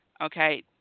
okay